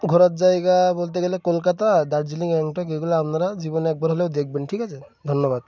ঘোরার জায়গা বলতে গেলে কলকাতা দার্জিলিং গ্যাংটক এগুলো আপনারা জীবনে একবার হলেও দেখবেন ঠিক আছে ধন্যবাদ